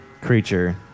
creature